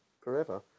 forever